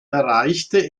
erreichte